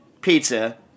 pizza